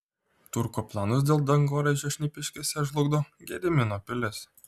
turko planus dėl dangoraižio šnipiškėse žlugdo gedimino pilis